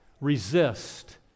Resist